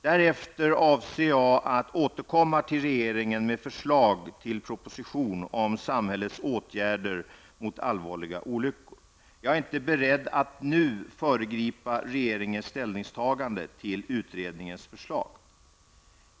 Därefter avser jag att återkomma till regeringen med förslag till proposition om samhällets åtgärder mot allvarliga olyckor. Jag är inte beredd att nu föregripa regeringens ställningstaganden till utredningens förslag.